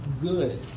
good